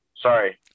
sorry